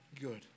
good